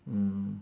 mm